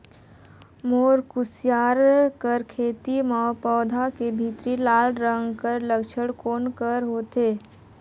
मोर कुसियार कर खेती म पौधा के भीतरी लाल रंग कर लक्षण कौन कर होथे?